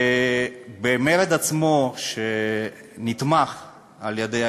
ובמרד עצמו, שנתמך על-ידי הגרמנים,